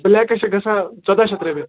بٕلیکس چھِ گَژھان ژۄداہ شتھ رۄپیہِ